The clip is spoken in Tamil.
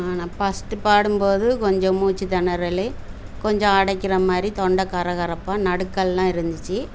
நான் பஸ்ட்டு பாடும்போது கொஞ்சம் மூச்சு திணறலு கொஞ்சம் அடைக்கிற மாதிரி தொண்டை கரகரப்பாக நடுக்கல்லாம் இருந்துச்சி